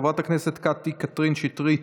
חברת הכנסת קטי קטרין שטרית,